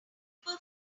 fun